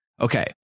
Okay